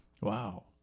Wow